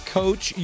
coach